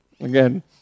Again